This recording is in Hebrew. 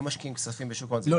לא,